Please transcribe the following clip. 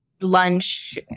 lunch